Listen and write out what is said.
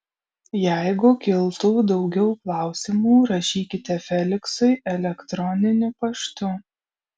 jeigu kiltų daugiau klausimų rašykite feliksui elektroniniu paštu